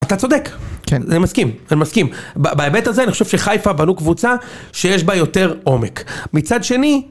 אתה צודק, אני מסכים, אני מסכים. בהיבט הזה, אני חושב שחיפה בנו קבוצה שיש בה יותר עומק. מצד שני...